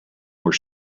were